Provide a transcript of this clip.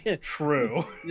true